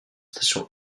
station